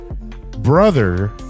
brother